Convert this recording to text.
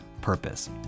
purpose